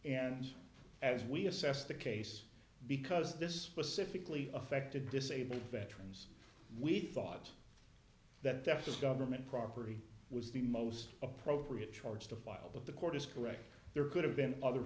and as we assessed the case because this was significantly affected disabled veterans we thought that def just government property was the most appropriate charge to file but the court is correct there could have been other